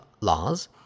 laws